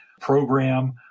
program